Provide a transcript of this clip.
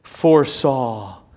foresaw